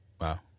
Wow